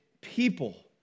people